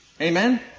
Amen